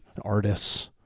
artists